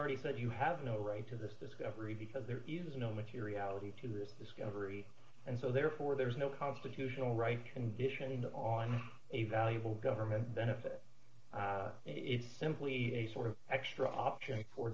already said you have no right to this discovery because there is no materiality to this discovery and so therefore there's no constitutional right conditioning on a valuable government benefit it's simply a sort of extra option for